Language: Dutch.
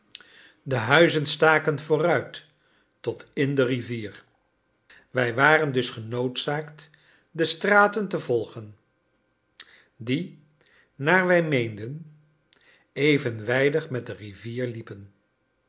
de huizen staken vooruit tot in de rivier wij waren dus genoodzaakt de straten te volgen die naar wij meenden evenwijdig met de rivier liepen